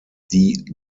die